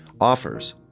offers